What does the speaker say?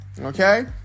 Okay